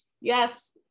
yes